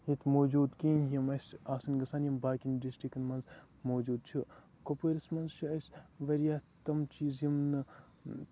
ییٚتہِ موجوٗد کِہیٖنۍ یِم اَسہِ آسَن گژھن یِم باقٕیَن ڈِسٹِرٛکَن منٛز موجوٗد چھِ کُپوٲرِس منٛز چھُ اَسہِ واریاہ تِم چیٖز یِم نہٕ